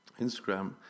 Instagram